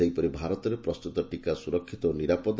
ସେହିପରି ଭାରତରେ ପ୍ରସ୍ତତ ଟିକା ସୁରକ୍ଷିତ ଓ ନିରାପଦ